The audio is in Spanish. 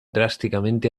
drásticamente